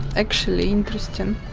actually, interesting,